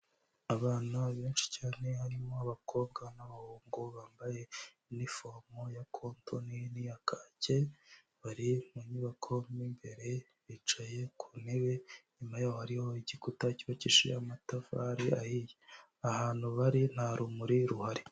Abana benshi cyane harimo abakobwa n'abahungu bambaye inifomo ya kotoni n'iya kake, bari mu nyubako mu imbere bicaye ku ntebe, inyuma yaho hariho igikuta cyubakishije amatafari ahiye ahantu bari nta rumuri ruhari.